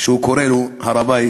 הוא קורא לו "הר-הבית"